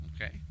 Okay